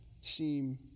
seem